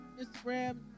Instagram